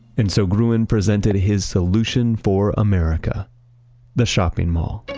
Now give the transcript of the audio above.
and so gruen presented his solution for america the shopping mall